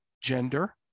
gender